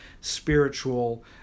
spiritual